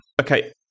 Okay